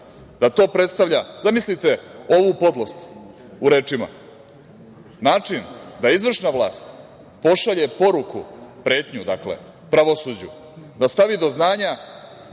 da to predstavlja, zamislite ovu podlost u rečima, način da izvršna vlast pošalje poruku, pretnju dakle, pravosuđu, da stavi do znanja,